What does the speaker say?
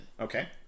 Okay